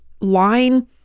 line